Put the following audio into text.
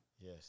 Yes